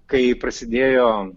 kai prasidėjo